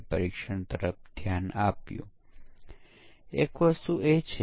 ઘણી પરીક્ષણ પદ્ધતિઓનો ઉપયોગ કરવો પડે છે